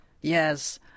Yes